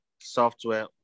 software